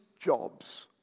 jobs